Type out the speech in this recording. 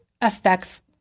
affects